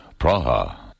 Praha